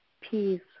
peace